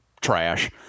trash